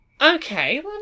Okay